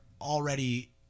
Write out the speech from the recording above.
already